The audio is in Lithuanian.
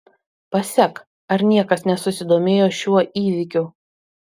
pasek ar niekas nesusidomėjo šiuo įvykiu